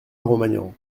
romagnan